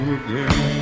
again